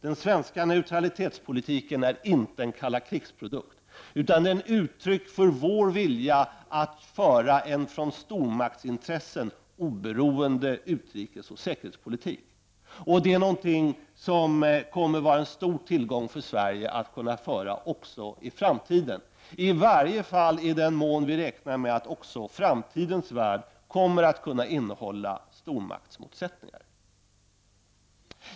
Den svenska neutralitetspolitiken är inte en produkt av det kalla kriget, utan den är ett uttryck för vår vilja att föra en från stormaktsintressen obeoroende utrikes och säkerhetspolitik. Denna neutralitetspolitik är någonting som kommer att vara en stor tillgång för Sverige att föra också i framtiden, i varje fall i den mån som vi i Sverige räknar med att också framtidens värld kommer att kunna innehålla stormaktsmotsättningar.